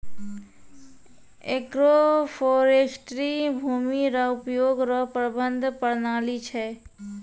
agroforestry भूमी रो उपयोग रो प्रबंधन प्रणाली छै